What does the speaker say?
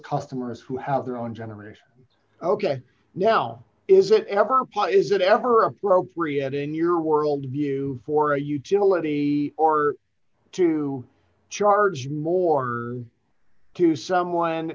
customers who have their own generation ok now is it ever pie is it ever appropriate in your world view for a huge military or to charge more to someone